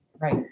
Right